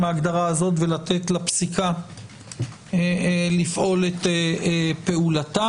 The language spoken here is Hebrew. ההגדרה הזאת ולתת לפסיקה לפעול את פעולתה,